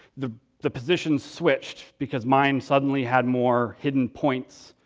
the the positions switched because mine suddenly had more hidden points,